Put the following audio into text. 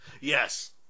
Yes